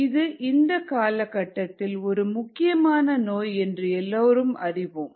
இது இந்த காலகட்டத்தில் ஒரு முக்கியமான நோய் என்று எல்லோரும் அறிவோம்